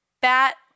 bat